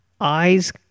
eyes